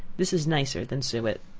this is nicer than suet.